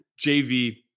JV